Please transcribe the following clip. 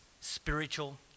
spiritual